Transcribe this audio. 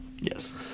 Yes